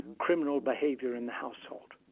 criminal behaviour in the household.